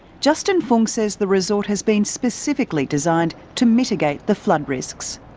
justin fung says the resort has been specifically designed to mitigate the flood risks.